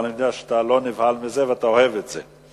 אבל אני יודע שאתה לא נבהל מזה, ואתה אוהב את זה.